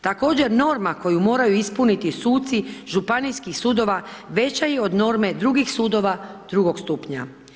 Također, norma koju moraju ispuniti suci županijskih sudova, veća je od norme drugih sudova drugog stupnja.